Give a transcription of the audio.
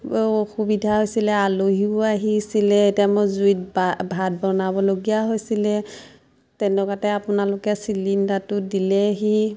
অসুবিধা হৈছিলে আলহীও আহিছিলে এতিয়া মই জুইত বা ভাত বনাবলগীয়া হৈছিলে তেনেকুৱাতে আপোনালোকে চিলিণ্ডাৰটো দিলেহি